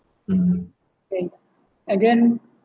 mm think and then